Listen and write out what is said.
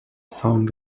song